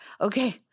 okay